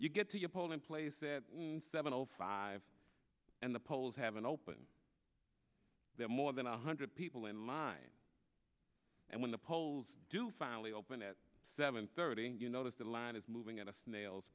you get to your polling place said and seven o five and the polls have an open there more than a hundred people in line and when the polls do finally open at seven thirty you notice the line is moving at a snail